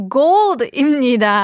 gold입니다